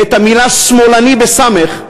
ואת המילה "סמולני" בסמ"ך,